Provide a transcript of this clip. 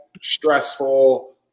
stressful